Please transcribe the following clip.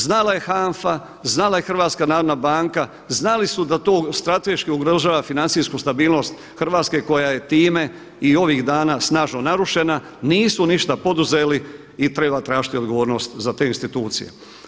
Znala je HANFA, znala je HNB-a, znali su da to strateški ugrožava financijsku stabilnost Hrvatske koja je time i ovih dana snažno narušena nisu ništa poduzeli i treba tražiti odgovornost za te institucije.